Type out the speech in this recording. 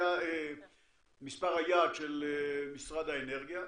מספר היעד של משרד האנרגיה,